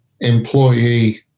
employee